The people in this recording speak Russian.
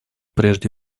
прежде